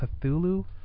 Cthulhu